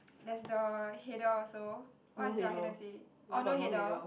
there's the header also what is your header say oh no header